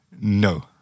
No